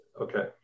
okay